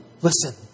listen